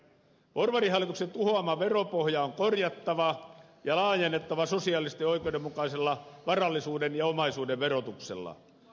porvarihallituksen tuhoama veropohja on korjattava ja laajennettava sitä sosiaalisesti oikeudenmukaisella varallisuuden ja omaisuuden verotuksella